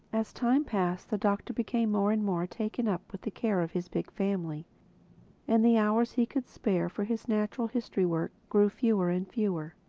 as time passed the doctor became more and more taken up with the care of his big family and the hours he could spare for his natural history work grew fewer and fewer.